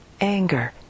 anger